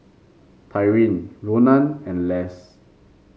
Tyrin Ronan and Less